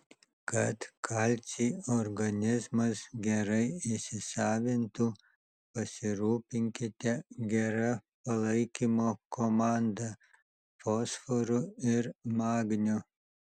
kad kalcį organizmas gerai įsisavintų pasirūpinkite gera palaikymo komanda fosforu ir magniu